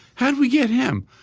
how'd we get him?